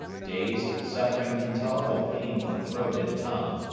dazed, suffering intolerable pain from throat and tongue,